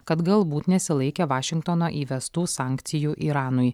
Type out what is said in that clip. kad galbūt nesilaikė vašingtono įvestų sankcijų iranui